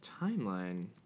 timeline